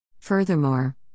Furthermore